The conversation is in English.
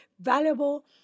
valuable